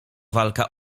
walka